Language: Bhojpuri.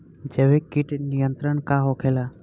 जैविक कीट नियंत्रण का होखेला?